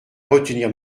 retenir